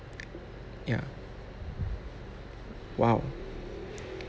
ya !wow!